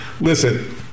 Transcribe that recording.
Listen